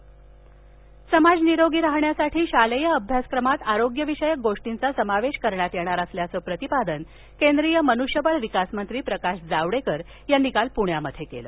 जावडेकर समाज निरोगी राहण्यासाठी शालेय वभ्यासक्रमात आरोग्यविषयक गोष्टीचा समावेश करण्यात येणार असल्याचं प्रतिपादन केंद्रीय मनुष्यबळ विकासमंत्री प्रकाश जावड़ेकर यांनी काल पुण्यात केलं